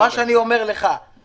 מה קורה בסוף דצמבר?